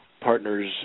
partners